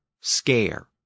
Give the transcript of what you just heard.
scare